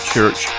Church